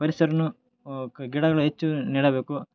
ಪರಿಸರನು ಕ ಗಿಡಗಳು ಹೆಚ್ಚು ನೆಡಬೇಕು